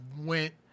went –